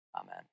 Amen